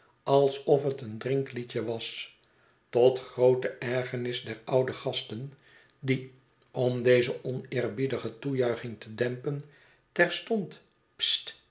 alsof het eendrinkliedje was tot groote ergernis der oude gasten die om deze oneerbiedige toejuiching te dempen terstond